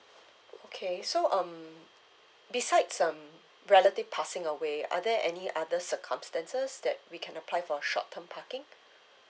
okay so um besides um relative passing away are there any other circumstances that we can apply for short term parking